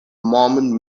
mormon